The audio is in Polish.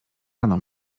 rano